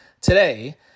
today